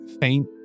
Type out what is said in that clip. faint